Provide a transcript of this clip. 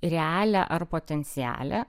realią ar potencialią